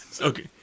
Okay